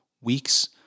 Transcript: weeks